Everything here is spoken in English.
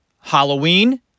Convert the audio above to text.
Halloween